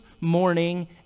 morning